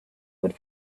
would